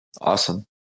Awesome